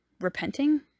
repenting